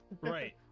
right